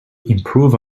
improve